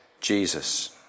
Jesus